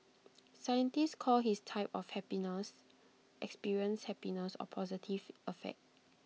scientists call his type of happiness experienced happiness or positive affect